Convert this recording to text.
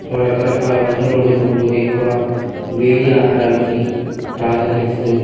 రకరకాల వంటలు వండుకుంటూ ఎక్కువ వేడి ఆహారాలకి ప్రాధాన్యత ఇస్తూ